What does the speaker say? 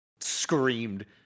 screamed